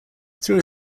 through